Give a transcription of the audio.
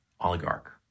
oligarch